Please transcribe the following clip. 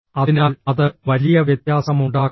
അതിനാൽ അത് വലിയ വ്യത്യാസമുണ്ടാക്കുന്നു